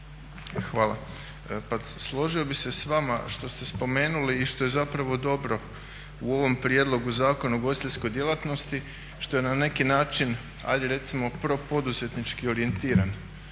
Hvala. Pa složio bih se s vama što ste spomenuli i što je dobro u ovom prijedlogu Zakona o ugostiteljskoj djelatnosti što je na neki način ajde recimo propoduzetnički orijentiran.